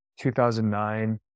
2009